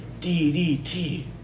D-D-T